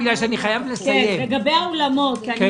לגבי האולמות, אני